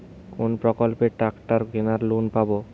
কোন প্রকল্পে ট্রাকটার কেনার লোন পাব?